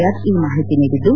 ಯಾದ್ ಈ ಮಾಹಿತಿ ನೀಡಿದ್ದು